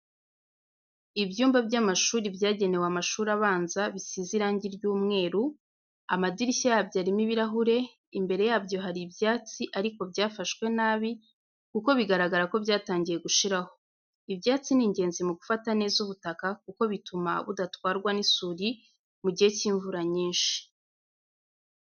Ibyumba by'amashuri byagenewe amashuri abanza, bisize irangi ry'umweru, amadirishya yabyo arimo ibirahure, imbere yabyo hari ibyatsi ariko byafashwe nabi kuko bigaragara ko byatangiye gushiraho. Ibyatsi ni ingenzi mu gufata neza ubutaka kuko bituma budatwarwa n'isuri mu gihe cy'imvura nyinshi.